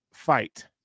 fight